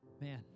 Man